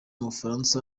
bufaransa